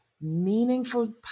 meaningful